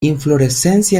inflorescencia